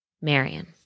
Marion